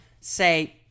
say